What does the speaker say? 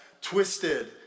twisted